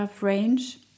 range